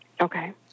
Okay